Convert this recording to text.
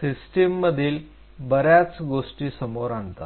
system मधील बऱ्याच गोष्टी समोर आणतात